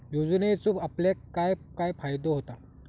योजनेचो आपल्याक काय काय फायदो होता?